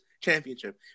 championship